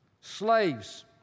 Slaves